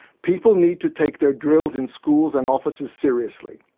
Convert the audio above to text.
people need to take their drills in schools and offices seriously.